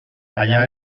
allà